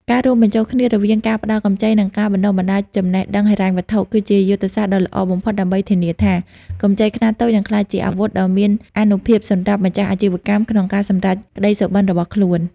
ការរួមបញ្ចូលគ្នារវាងការផ្តល់កម្ចី និងការបណ្តុះបណ្តាលចំណេះដឹងហិរញ្ញវត្ថុ គឺជាយុទ្ធសាស្ត្រដ៏ល្អបំផុតដើម្បីធានាថា កម្ចីខ្នាតតូចនឹងក្លាយជាអាវុធដ៏មានអានុភាពសម្រាប់ម្ចាស់អាជីវកម្មក្នុងការសម្រេចក្ដីសុបិនរបស់ខ្លួន។